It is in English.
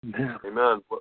Amen